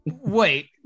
wait